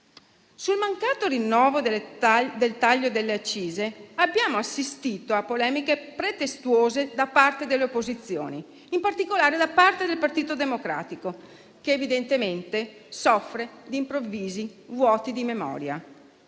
Sul mancato rinnovo del taglio delle accise abbiamo assistito a polemiche pretestuose da parte delle opposizioni, in particolare da parte del Partito Democratico, che evidentemente soffre di improvvisi vuoti di memoria.